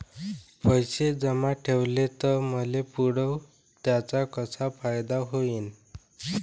पैसे जमा ठेवले त मले पुढं त्याचा कसा फायदा होईन?